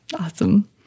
awesome